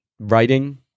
Writing